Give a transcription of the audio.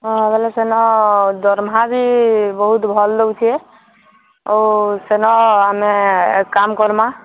ହଁ ବେଲେ ସେନ ଦର୍ମା ବି ବହୁତ୍ ଭଲ୍ ଦଉଛେ ଆଉ ସେନ ଆମେ କାମ୍ କର୍ମା